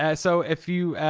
ah so if you,